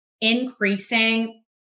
increasing